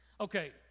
Okay